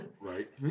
Right